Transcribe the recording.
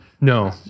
no